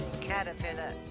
caterpillar